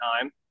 time